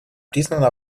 признано